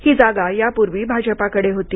ही जागा यापूर्वी भाजपाकडे होती